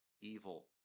evil